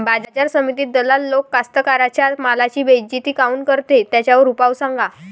बाजार समितीत दलाल लोक कास्ताकाराच्या मालाची बेइज्जती काऊन करते? त्याच्यावर उपाव सांगा